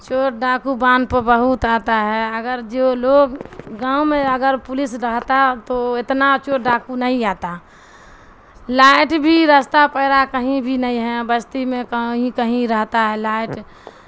چوٹ ڈاکو باندھ پ بہت آتا ہے اگر جو لوگ گاؤں میں اگر پولیس رہتا تو اتنا چوٹ ڈاکو نہیں آتا لائٹ بھی رستہ پیرا کہیں بھی نہیں ہے بستی میں کہیں کہیں رہتا ہے لائٹ